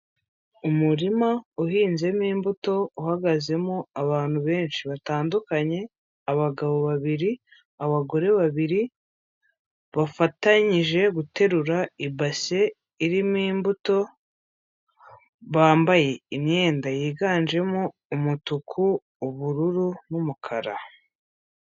Umurima uhinzemo imbuto uhagazemo abantu benshi batandukanye, abagabo babiri, abagore babiri, bafatanyije guterura ibase irimo imbuto, bambaye imyenda yiganjemo umutuku, ubururu n'umukara.